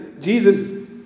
Jesus